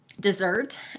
dessert